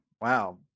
wow